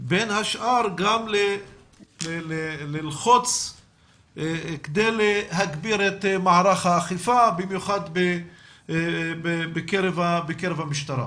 בין השאר גם ללחוץ כדי להגביר את מערך האכיפה במיוחד בקרב המשטרה.